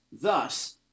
thus